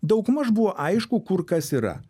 daugmaž buvo aišku kur kas yra